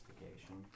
investigation